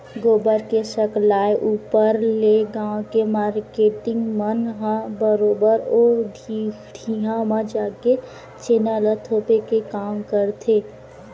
गोबर के सकलाय ऊपर ले गाँव के मारकेटिंग मन ह बरोबर ओ ढिहाँ म जाके छेना ल थोपे के काम करथे